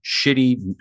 shitty